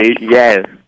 Yes